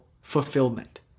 fulfillment